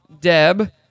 Deb